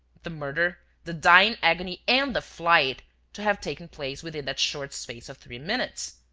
the murder, the dying agony and the flight to have taken place within that short space of three minutes.